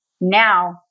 now